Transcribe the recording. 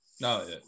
No